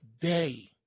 day